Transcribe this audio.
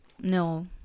No